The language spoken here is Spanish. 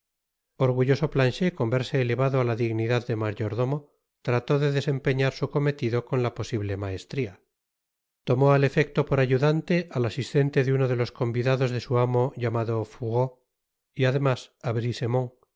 planchet con verse elevado ála dignidad de mayordomo trató de desempeñar su cometido con la posible maestria tomó al efecto por ayudante al asistente de uno de los convidados de su amo llamado fourreau y además á